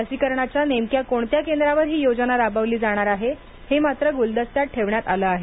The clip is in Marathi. लसीकरणाच्या नेमक्या कोणत्या केंद्रांवर ही योजना राबवली जाणार आहे हे मात्र गुलदस्त्यात ठेवण्यात आलं आहे